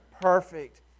perfect